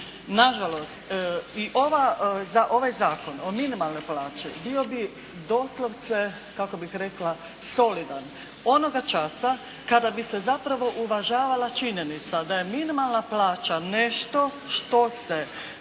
ova, za ovaj Zakon o minimalnoj plaći bio bi doslovce kako bih rekla solidan onoga časa kada bi se zapravo uvažavala činjenica da je minimalna plaća nešto što se